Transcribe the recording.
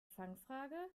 fangfrage